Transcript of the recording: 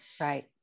right